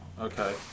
Okay